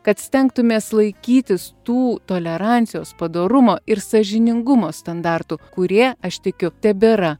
kad stengtumės laikytis tų tolerancijos padorumo ir sąžiningumo standartų kurie aš tikiu tebėra